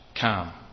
calm